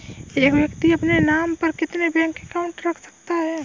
एक व्यक्ति अपने नाम पर कितने बैंक अकाउंट रख सकता है?